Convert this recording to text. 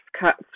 cuts